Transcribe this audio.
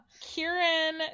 kieran